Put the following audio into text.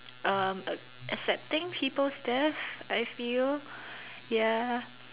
um accepting peoples death I feel ya